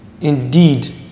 indeed